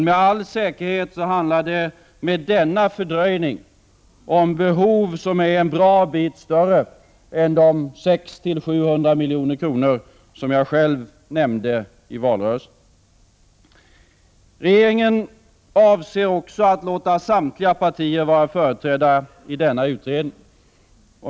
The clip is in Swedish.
Med all säkerhet handlar det med denna fördröjning om behov som är en bra bit större än de 600-700 milj.kr. som jag själv nämnde i valrörelsen. Regeringen avser också att låta samtliga partier vara företrädda i denna utredning.